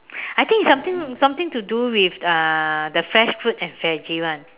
I think something something to do with uh the fresh fruit and veggie [one]